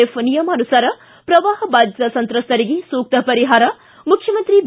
F ನಿಯಮಾನುಸಾರ ಪ್ರವಾಹ ಬಾಧಿತ ಸಂತ್ರಸ್ತರಿಗೆ ಸೂಕ್ತ ಪರಿಹಾರ ಮುಖ್ಯಮಂತ್ರಿ ಬಿ